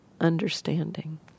understanding